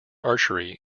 archery